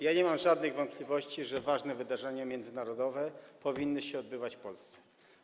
Ja nie mam żadnych wątpliwości, że ważne wydarzenia międzynarodowe powinny się odbywać w Polsce.